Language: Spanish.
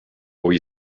hoy